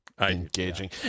engaging